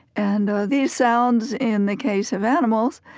and these sounds, in the case of animals,